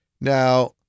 Now